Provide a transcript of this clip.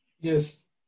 Yes